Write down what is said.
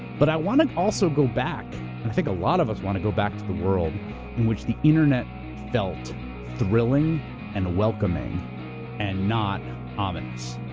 but i wanna also go back, i think a lot of us wanna go back to the world in which the internet felt thrilling and welcoming and not ominous,